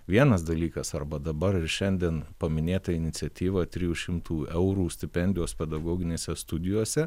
vienas dalykas arba dabar ir šiandien paminėta iniciatyva trijų šimtų eurų stipendijos pedagoginėse studijose